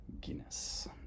Guinness